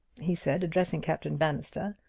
he said, addressing captain bannister,